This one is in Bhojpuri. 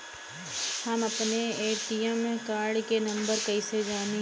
हम अपने ए.टी.एम कार्ड के नंबर कइसे जानी?